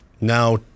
now